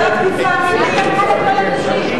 ההסתייגות, אלקטרוני.